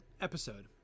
episode